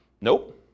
Nope